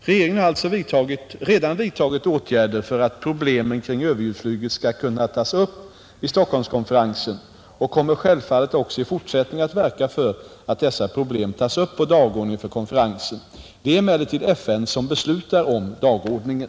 Regeringen har alltså redan vidtagit åtgärder för att problemen kring överljudsflyget skall kunna tas upp vid Stockholmskonferensen och kommer självfallet också i fortsättningen att verka för att dessa problem tas upp på dagordningen för konferensen. Det är emellertid FN som beslutar om dagordningen.